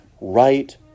right